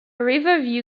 riverview